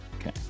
Okay